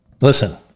listen